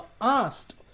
asked